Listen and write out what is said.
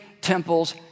temples